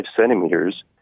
centimeters